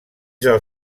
del